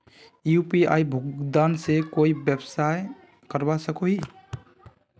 UPI भुगतान से कोई व्यवसाय करवा सकोहो ही?